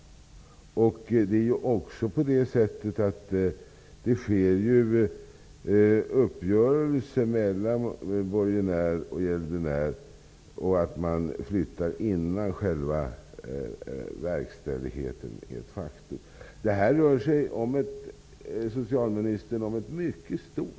Det sker ju uppgörelser mellan borgenär och gäldenär, och man flyttar innan själva verkställigheten äger rum. Det här är ett mycket stort problem, socialministern.